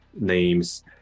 names